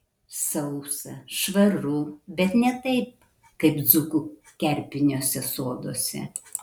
sausa švaru bet ne taip kaip dzūkų kerpiniuose soduose